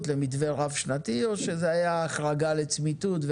למתווה רב שנתי או הייתה החרגה לצמיתות?